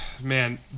man